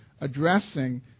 addressing